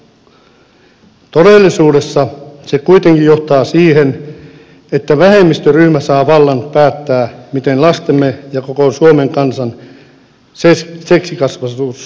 todellisuudessa se kuitenkin johtaa siihen että vähemmistöryhmä saa vallan päättää miten lastemme ja koko suomen kansan seksikasvatus suuntautuu